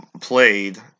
played